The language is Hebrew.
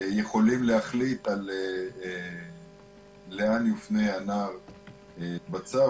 יכולים להחליט לאן יופנה הנער בצו.